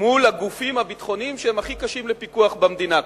מול הגופים הביטחוניים שהם הכי קשים לפיקוח במדינה,